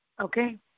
Okay